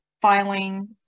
filing